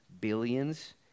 Billions